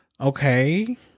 Okay